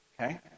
okay